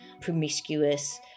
promiscuous